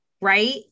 right